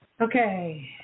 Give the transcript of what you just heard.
Okay